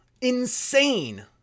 insane